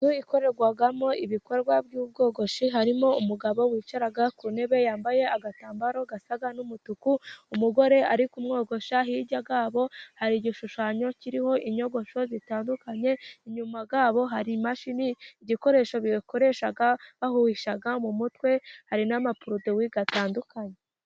Inzu ikorerwamo ibikorwa by'ubwogoshi, harimo umugabo wicaye ku ntebe yambaye agatambaro gasa n'umutuku, umugore ari kumwogosha, hirya yabo hari igishushanyo kiriho inyogosho zitandukanye, inyuma yabo hari imashini, igikoresho bakoresha bahuhisha mu mutwe, hari n'amaporodowi atandukanye.